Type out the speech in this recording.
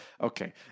Okay